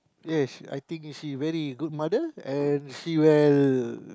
yes I think she very good mother and she well